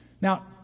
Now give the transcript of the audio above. Now